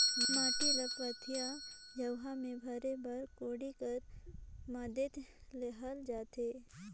माटी ल पथिया, झउहा मे भरे बर कोड़ी कर मदेत लेहल जाथे